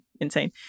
Insane